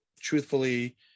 truthfully